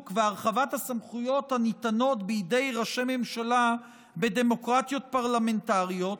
והרחבת הסמכויות הנתונות בידי ראשי ממשלה בדמוקרטיות פרלמנטריות,